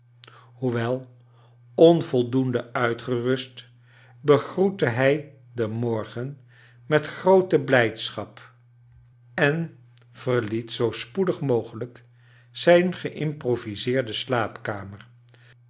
hoewel onvoldoende uitgerust begroette hij den morgen met groote blijdsehap en verliet zoo spoedig mogelijk zijn gei'mproviseerde slaapkamer